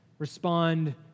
respond